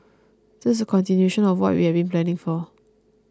this is a continuation of what we had been planning for